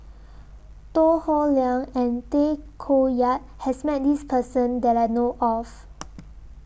Tan Howe Liang and Tay Koh Yat has Met This Person that I know of